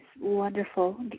wonderful